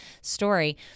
story